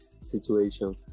situation